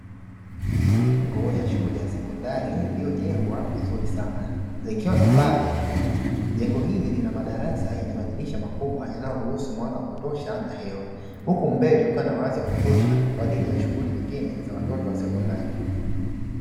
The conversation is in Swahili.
Majengo ya shule ya sekondari, iliyojengwa vizuri sana, likiwa na paa jekundu. Jengo hili lina madarasa yenye madirisha makubwa yanayoruhusu mwanga wa kutosha na hewa, huku mbele kukiwa na uwazi wa kutosha kwa ajili ya shughuli nyingine za watoto wa sekondari.